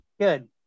good